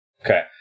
Okay